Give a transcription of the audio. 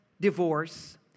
divorce